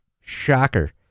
Shocker